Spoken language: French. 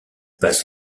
passe